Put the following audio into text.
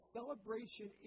celebration